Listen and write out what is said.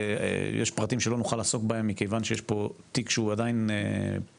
יש פרטים שבהם לא נוכל לעסוק מכיוון שיש פה תיק שהוא עדיין פתוח.